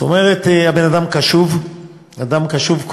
זאת אומרת, הבן-אדם קשוב, אדם קשוב.